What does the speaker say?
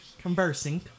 conversing